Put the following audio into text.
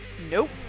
Nope